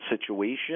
situation